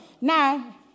now